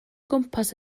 gwmpas